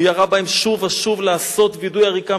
הוא ירה בהם שוב ושוב, לעשות וידוא הריגה.